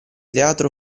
teatro